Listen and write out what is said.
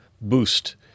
boost